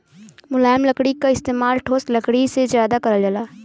मुलायम लकड़ी क इस्तेमाल ठोस लकड़ी से जादा करल जाला